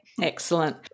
Excellent